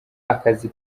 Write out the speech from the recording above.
akazi